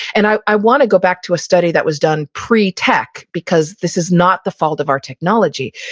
and i i wanna go back to a study that was done pre-tech because this is not the fault of our technology.